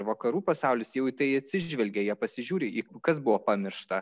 vakarų pasaulis jau į tai atsižvelgė jie pasižiūri į kas buvo pamiršta